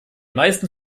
meisten